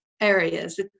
areas